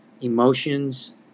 emotions